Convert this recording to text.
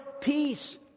peace